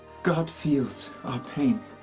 god feels our pain.